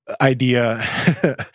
idea